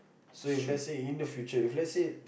so if let's say in the future if let's say